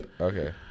Okay